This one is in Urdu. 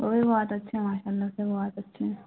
وہ بھی بہت اچھے ماشاء اللہ سے بہت اچھے